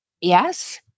Yes